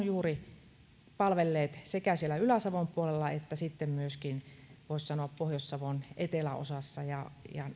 juuri palvelleet sekä siellä ylä savon puolella että sitten myöskin voisi sanoa pohjois savon eteläosassa ja